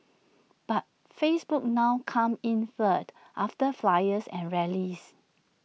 but Facebook now comes in third after flyers and rallies